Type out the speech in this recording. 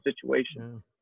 situation